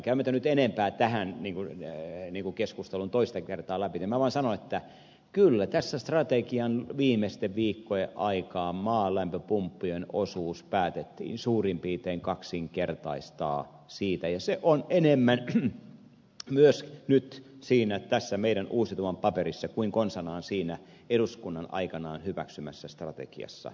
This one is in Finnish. käymättä nyt enempää tätä keskustelua toista kertaa läpi minä vaan sanon että kyllä tässä strategian viimeisten viikkojen aikaan maalämpöpumppujen osuus päätettiin suurin piirtein kaksinkertaistaa siitä ja se on enemmän myös nyt tässä meidän uusiutuvan paperissa kuin konsanaan siinä eduskunnan aikanaan hyväksymässä strategiassa